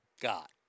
got